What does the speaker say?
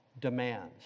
demands